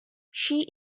she